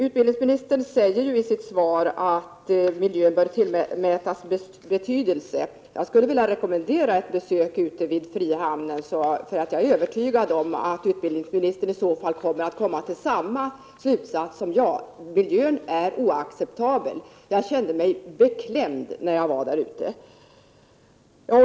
Utbildningsministern säger i sitt svar att miljön bör tillmätas betydelse. Jag skulle vilja rekommendera ett besök ute vid Frihamnen. Jag är övertygad om att utbildningsministern i så fall skulle komma till samma slutsats som jag. Den miljön är oacceptabel. Jag kände mig beklämd när jag var där ute.